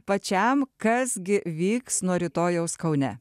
pačiam kas gi vyks nuo rytojaus kaune